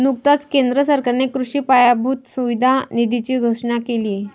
नुकताच केंद्र सरकारने कृषी पायाभूत सुविधा निधीची घोषणा केली